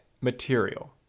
material